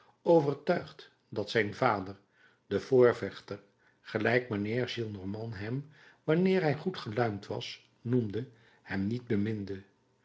overtuigd dat zijn vader de voorvechter gelijk mijnheer gillenormand hem wanneer hij goed geluimd was noemde hem niet beminde